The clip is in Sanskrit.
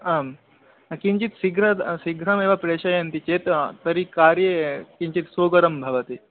आं किञ्चित् शीघ्राद् शीघ्रमेव प्रेषयन्ति चेत् तर्हि कार्ये किञ्चित् सुकरं भवति